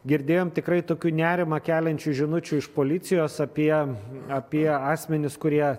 girdėjom tikrai tokių nerimą keliančių žinučių iš policijos apie apie asmenis kurie